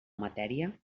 matèria